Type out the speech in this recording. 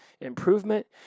improvement